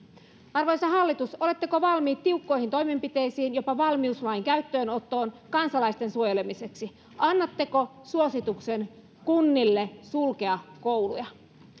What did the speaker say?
arvoisa hallitus oletteko valmiit tiukkoihin toimenpiteisiin jopa valmiuslain käyttöönottoon kansalaisten suojelemiseksi annatteko suosituksen kunnille sulkea kouluja